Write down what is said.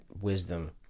wisdom